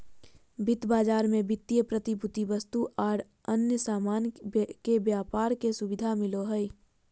वित्त बाजार मे वित्तीय प्रतिभूति, वस्तु आर अन्य सामान के व्यापार के सुविधा मिलो हय